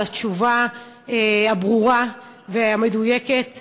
על התשובה הברורה והמדויקת.